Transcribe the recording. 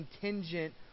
contingent